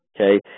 Okay